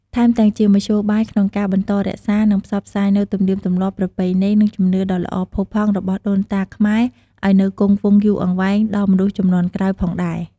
ថែមទាំងជាមធ្យោបាយក្នុងការបន្តរក្សា និងផ្សព្វផ្សាយនូវទំនៀមទម្លាប់ ប្រពៃណី និងជំនឿដ៏ល្អផូរផង់របស់ដូនតាខ្មែរឲ្យនៅគង់វង្សយូរអង្វែងដល់មនុស្សជំនាន់ក្រោយផងដែរ។